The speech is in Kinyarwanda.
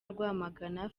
rwamagana